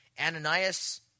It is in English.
ananias